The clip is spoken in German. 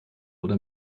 oder